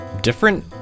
different